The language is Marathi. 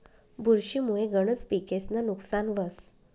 बुरशी मुये गनज पिकेस्नं नुकसान व्हस